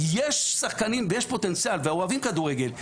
יש שחקנים ויש פוטנציאל וגם אוהבים כדורגל,